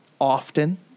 often